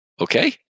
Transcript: Okay